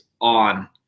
on